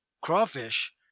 crawfish